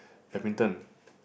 badminton